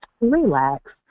relax